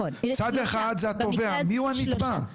צד אחד זה התובע; מיהו הנתבע?